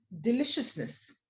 deliciousness